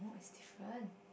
it's different